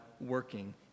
working